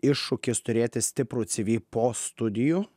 iššūkis turėti stiprų cv po studijų